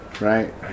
right